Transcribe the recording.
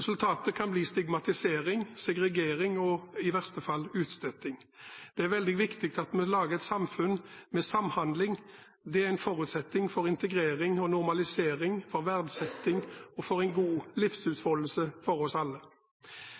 Resultatet kan bli stigmatisering, segregering og i verste fall utstøting. Det er veldig viktig at vi lager et samfunn med samhandling. Det er en forutsetning for integrering og normalisering, for verdsetting og for en god livsutfoldelse for oss alle.